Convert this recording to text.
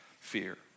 Fear